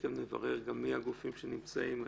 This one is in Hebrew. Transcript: בעצם נברר גם מי הגופים שנמצאים פה.